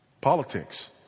politics